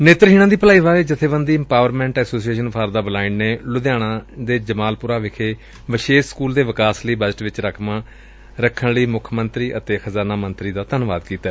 ਨੇਤਰਹੀਣਾ ਦੀ ਭਲਾਈ ਬਾਰੇ ਜਬੇਬੰਦੀ empowerment association for the blind ਨੇ ਲੁਧਿਆਣਾ ਦੇ ਜਮਾਲਪੁਰਾ ਵਿਖੇ ਵਿਸੇਸ਼ ਸਕੁਲ ਦੇ ਵਿਕਾਸ ਲਈ ਬਜਟ ਵਿਚ ਰਕਮਾਂ ਰੱਖਣ ਲਈ ਮੁੱਖ ਮੰਤਰੀ ਅਤੇ ਖਜ਼ਾਨਾ ਮੰਤਰੀ ਦਾ ਧੰਨਵਾਦ ਕੀਤੈ